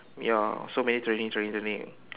ya so many training training training